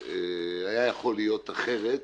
היה יכול להיות אחרת.